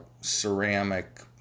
ceramic